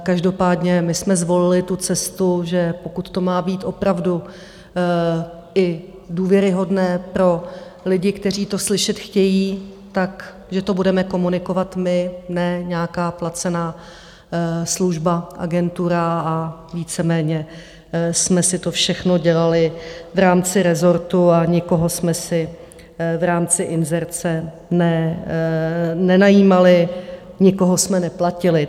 Každopádně my jsme zvolili tu cestu, že pokud to má být opravdu i důvěryhodné pro lidi, kteří to slyšet chtějí, tak že to budeme komunikovat my, ne nějaká placená služba, agentura, a víceméně jsme si to všechno dělali v rámci rezortu a nikoho jsme si v rámci inzerce nenajímali, nikoho jsme neplatili.